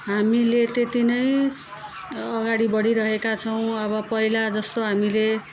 हामीले त्यति नै अगाडि बढिरहेका छौँ अब पहिला जस्तो हामीले